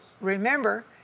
remember